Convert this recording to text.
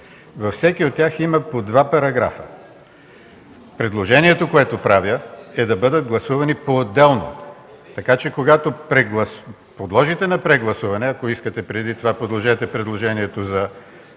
Във всеки от тях има по два параграфа. Предложението, което правя, е да бъдат гласувани поотделно. Така че, когато подложите на прегласуване, ако искате преди това подложете предложението за